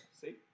See